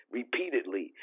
Repeatedly